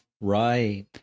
Right